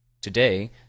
Today